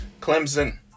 clemson